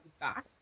back